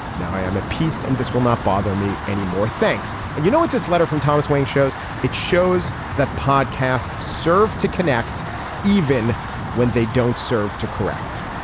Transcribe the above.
now i am at peace and this will not bother me any more thanks. and you know what this letter from thomas wayne shows. it shows that podcasts serve to connect even when they don't serve to correct.